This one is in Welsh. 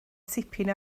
tipyn